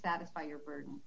satisfy your burden